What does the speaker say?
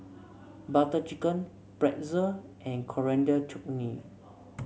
Butter Chicken Pretzel and Coriander Chutney